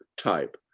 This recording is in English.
type